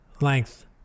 length